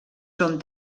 són